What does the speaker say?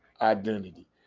identity